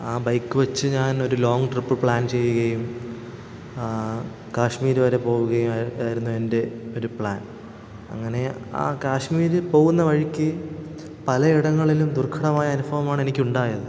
ആ ബൈക്ക് വെച്ച് ഞാൻ ഒരു ലോങ്ങ് ട്രിപ്പ് പ്ലാൻ ചെയ്യുകയും കാശ്മീർ വരെ പോവുകയായ ആയിരുന്നു എൻ്റെ ഒരു പ്ലാൻ അങ്ങനെ ആ കാശ്മീർ പോകുന്ന വഴിക്കു പലയിടങ്ങളിലും ദുർഘടമായ അനുഭവമാണ് എനിക്കുണ്ടായത്